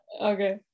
Okay